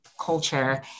culture